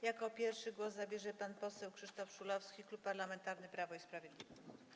Jako pierwszy głos zabierze pan poseł Krzysztof Szulowski, Klub Parlamentarny Prawo i Sprawiedliwość.